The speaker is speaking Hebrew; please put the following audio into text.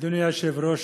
אדוני היושב-ראש,